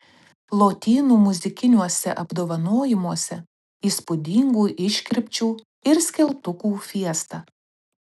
lotynų muzikiniuose apdovanojimuose įspūdingų iškirpčių ir skeltukų fiesta